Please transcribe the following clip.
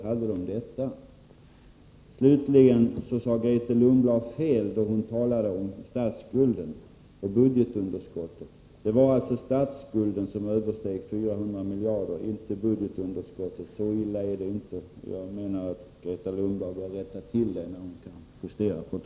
Hade de lönekostnaderna ingen betydelse för den inflation som följde därpå? Självfallet hade de det.